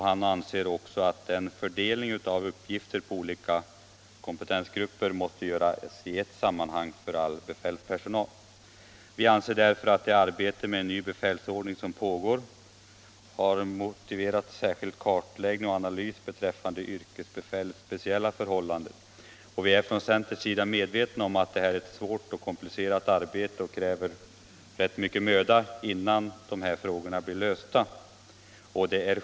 Han anser också att fördelningen av uppgifter på olika kompetensgrupper måste göras i ett sammanhang för all befälspersonal. Vi anser därför att det arbete med en ny befälsordning som pågår har motiverat särskild kartläggning och analys av yrkesbefälets speciella förhållanden. Vi är från centerns sida medvetna om att detta är ett svårt och komplicerat arbete som kräver rätt mycken möda innan frågorna blir lösta.